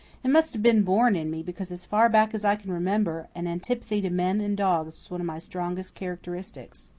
it must have been born in me, because, as far back as i can remember, an antipathy to men and dogs was one of my strongest characteristics.